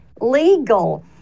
legal